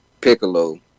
Piccolo